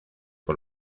por